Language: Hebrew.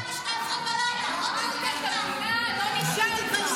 ובגלל מי ----- ועוד עשרות אלפי לוחמים מחרפים את נפשם.